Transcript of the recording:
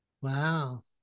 Wow